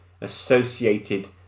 associated